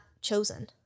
chosen